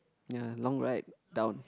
ya long ride down